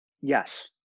Yes